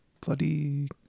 Bloody